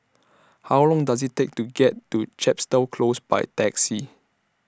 How Long Does IT Take to get to Chepstow Close By Taxi